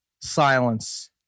silence